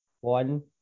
one